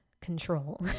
control